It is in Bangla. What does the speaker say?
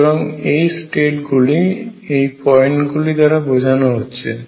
সুতরাং এই স্টেট গুলি এই পয়েন্ট গুলি দ্বারা বোঝানো হচ্ছে